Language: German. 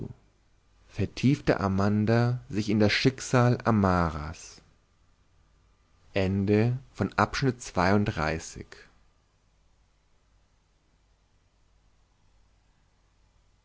vertiefte amanda sich in das schicksal amaras